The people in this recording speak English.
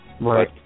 Right